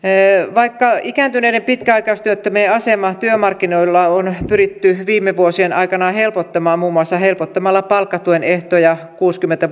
vaikka ikääntyneiden pitkäaikaistyöttömien asemaa työmarkkinoilla on pyritty viime vuosien aikana helpottamaan muun muassa helpottamalla palkkatuen ehtoja kuusikymmentä